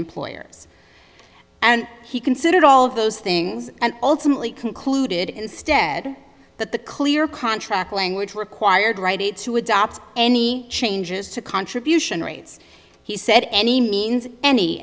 employers and he considered all of those things and ultimately concluded instead that the clear contract language required rite aid to adopt any changes to contribution rates he said any means any